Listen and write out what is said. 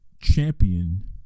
champion